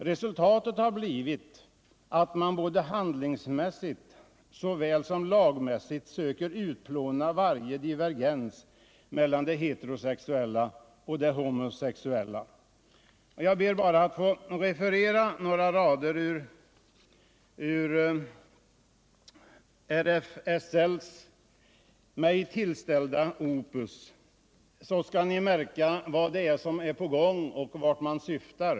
Resultatet har blivit att man både handlingsmässigt och lagmässigt söker utplåna varje divergens mellan det heterosexuella och det homosexuella. Jag ber att få referera några rader ur det opus som Riksförbundet för sexuellt likaberättigande, RFSL, tillställt mig, så kommer ni att märka vad som är på gång och vart man syftar.